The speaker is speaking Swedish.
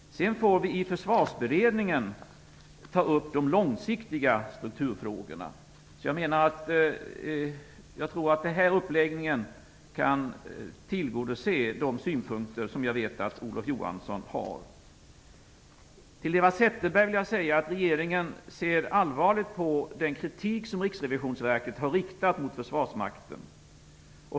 Sedan får man i försvarsberedningen ta upp de långsiktiga strukturfrågorna. Den här uppläggningen kan nog tillgodose de synpunkter som jag vet att Olof Till Eva Zetterberg vill jag säga att regeringen ser allvarligt på den kritik som Riksrevisionsverket har riktat mot försvarsmakten.